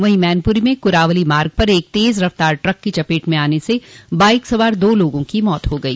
वहीं मैनपूरी में कुरावली मार्ग पर एक तेज़ रफ़्तार ट्रक की चपेट में आने से बाइक सवार दो लोगों की मौत हो गई